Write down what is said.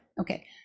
Okay